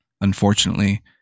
Unfortunately